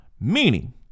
Meaning